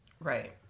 Right